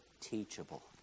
teachable